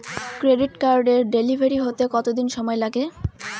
Credit কার্ডের delivery হতে কতদিন সময় লাগে?